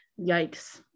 yikes